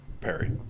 perry